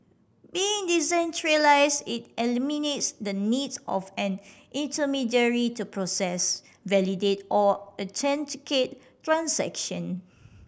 being decentralise it eliminates the needs of an intermediary to process validate or authenticate transaction